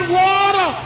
water